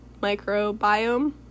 microbiome